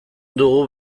dugu